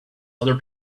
other